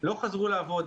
לא חזרו לעבוד.